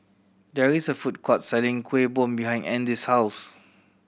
there is a food court selling Kuih Bom behind Andy's house